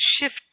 shift